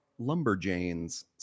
Lumberjanes